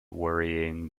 worrying